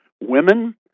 women